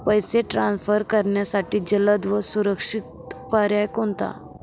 पैसे ट्रान्सफर करण्यासाठी जलद व सुरक्षित पर्याय कोणता?